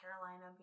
Carolina